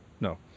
No